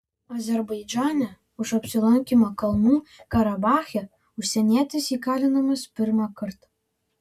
azerbaidžane už apsilankymą kalnų karabache užsienietis įkalinamas pirmą kartą